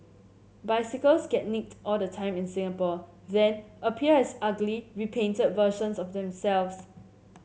bicycles get nicked all the time in Singapore then appear as ugly repainted versions of themselves